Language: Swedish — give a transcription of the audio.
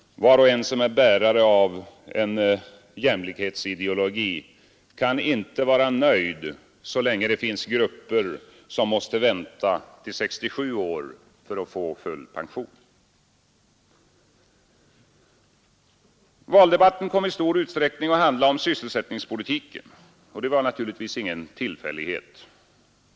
Den som är bärare av en jämlikhetsideologi kan inte vara nöjd så länge det finns grupper som måste vänta till 67 år för att få full pension. Valdebatten kom i stor utsträckning att handla om sysselsättningspolitiken. Det var naturligtvis ingen tillfällighet.